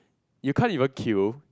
you can't even queue